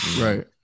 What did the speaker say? Right